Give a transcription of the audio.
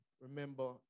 Remember